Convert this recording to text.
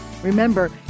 Remember